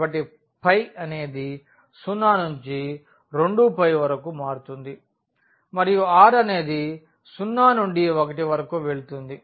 కాబట్టి ఫై అనేది 0 నుండి 2π వరకు మారుతుంది మరియు r అనేది 0 నుండి 1 వరకు వెళుతుంది